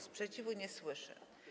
Sprzeciwu nie słyszę.